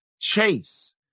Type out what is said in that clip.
chase